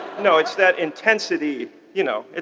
no, it's that intensity. you know,